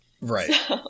Right